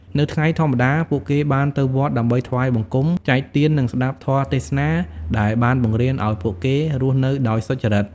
នៅថ្ងៃធម្មតា ពួកគេបានទៅវត្តដើម្បីថ្វាយបង្គំ ចែកទាន និងស្តាប់ធម៌ទេសនាដែលបានបង្រៀនឱ្យពួកគេរស់នៅដោយសុចរិត។